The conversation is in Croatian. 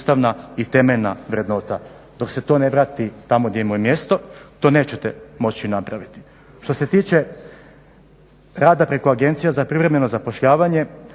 i temeljna vrednota dok se to ne vrati tamo gdje mu je mjesto, to nećete moći napraviti. Što se tiče rada preko agencija za privremeno zapošljavanje